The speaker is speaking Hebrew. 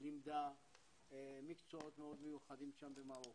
ולימדה מקצועות מאוד מיוחדים שם במרוקו.